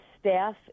staff